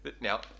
now